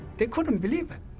they couldn't believe it,